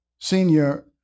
Senior